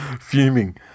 fuming